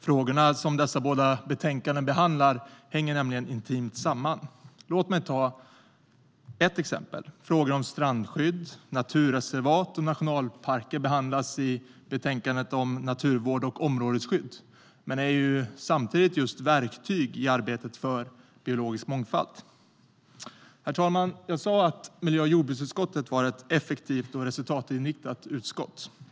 Frågorna som dessa betänkanden behandlar hänger nämligen intimt samman. Låt mig ta ett exempel! Frågor om strandskydd, naturreservat och nationalparker behandlas i betänkandet om naturvård och områdesskydd men är samtidigt verktyg i arbetet för biologisk mångfald. Herr talman! Jag sa att miljö och jordbruksutskottet var ett effektivt och resultatinriktat utskott.